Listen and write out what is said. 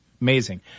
Amazing